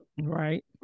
right